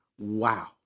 wow